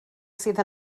sydd